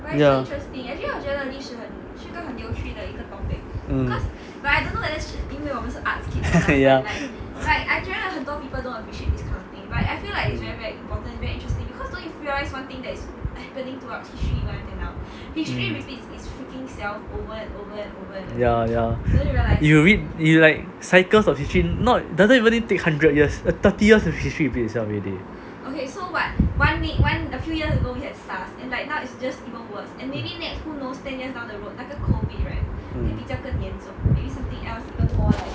ya mm ya ya ya if you read if you like cycles of history not doesn't even need take hundred years a thirty years of history repeat itself already